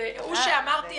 הוא שאמרתי.